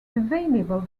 available